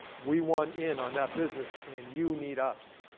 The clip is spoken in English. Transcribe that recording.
we want in on that business and you need us.